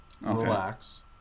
Relax